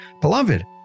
Beloved